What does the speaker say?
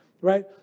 right